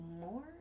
more